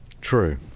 True